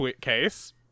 case